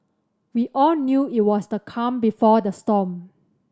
we all knew it was the calm before the storm